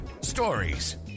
stories